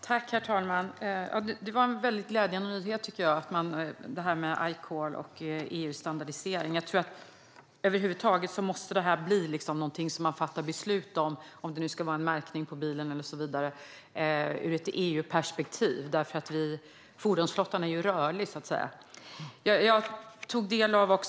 Herr talman! Det här med Ecall och EU:s standardisering var väldigt glädjande nyheter, tycker jag. Över huvud taget måste det här bli någonting som man fattar beslut om - om det nu ska vara en märkning på bilen eller liknande - ur ett EU-perspektiv, för fordonsflottan är ju rörlig.